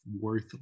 worth